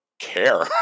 care